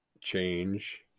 change